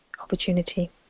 opportunity